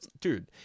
Dude